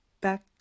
Back